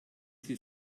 sie